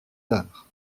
tard